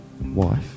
wife